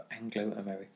Anglo-American